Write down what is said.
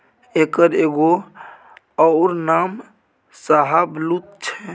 एकर एगो अउर नाम शाहबलुत छै